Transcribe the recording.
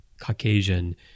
Caucasian